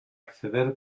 acceder